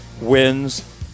wins